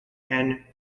anne